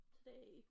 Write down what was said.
Today